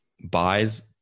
buys